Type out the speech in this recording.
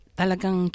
talagang